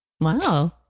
Wow